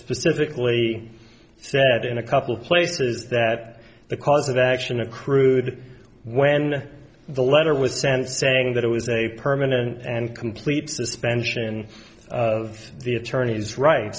specifically said in a couple of places that the cause of action accrued when the letter was sent saying that it was a permanent and complete suspension of the attorney's right